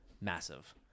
massive